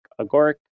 Agoric